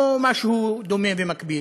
או משהו דומה ומקביל,